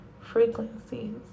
frequencies